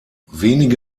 wenige